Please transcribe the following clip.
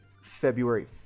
February